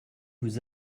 vous